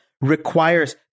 requires